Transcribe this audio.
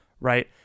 right